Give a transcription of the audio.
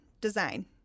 design